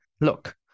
Look